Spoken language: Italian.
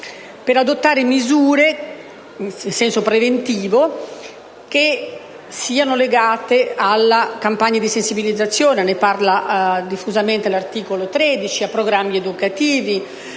per adottare misure in senso preventivo, che siano legate alla campagna di sensibilizzazione (ne parla diffusamente l'articolo 13), a programmi educativi,